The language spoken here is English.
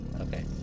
Okay